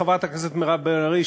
חברת הכנסת מירב בן ארי,